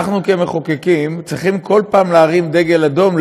אנחנו כמחוקקים צריכים כל פעם להרים דגל אדום,